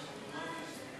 לסיוע,